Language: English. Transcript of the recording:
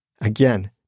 Again